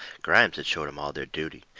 grimes had showed em all their duty.